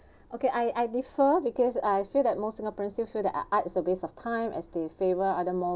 okay I I defer because I feel that most singaporeans still feel that arts a waste of time as they favour other more